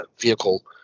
vehicle